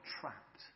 trapped